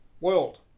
world